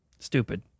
Stupid